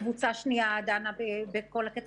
קבוצה שנייה דנה בתרחישים.